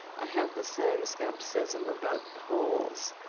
i have the same skepticism about polls.